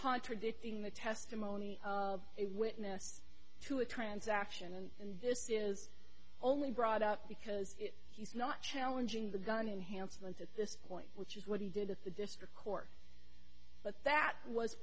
contradicting the testimony of a witness to a transaction and this is only brought up because he's not challenging the gun enhanced those at this point which is what he did at the district court but that was